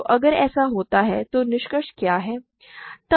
तो अगर ऐसा होता है तो निष्कर्ष क्या है